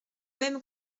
même